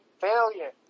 failure